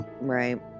Right